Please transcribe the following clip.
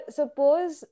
suppose